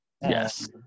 Yes